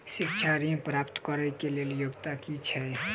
शिक्षा ऋण प्राप्त करऽ कऽ लेल योग्यता की छई?